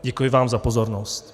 Děkuji vám za pozornost.